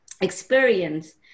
experience